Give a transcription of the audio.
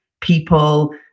People